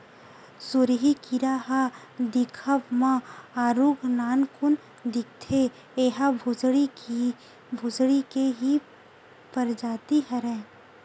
सुरही कीरा ह दिखब म आरुग नानकुन दिखथे, ऐहा भूसड़ी के ही परजाति हरय